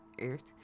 earth